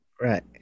right